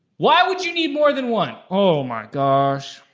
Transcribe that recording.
why would you need more than one? oh my gosh.